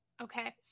Okay